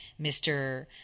Mr